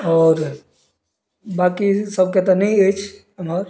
बाँकी सबके तऽ नहि अछि हमर